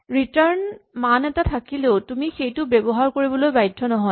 return মান এটা থাকিলেও তুমি সেইটো ব্যৱহাৰ কৰিবলৈ বাধ্য নহয়